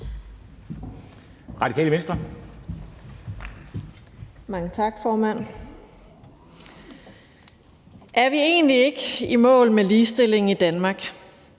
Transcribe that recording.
Er vi egentlig ikke i mål med ligestillingen i Danmark?